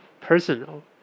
personal